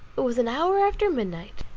it was an hour after midnight,